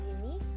unique